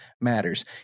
matters